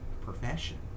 profession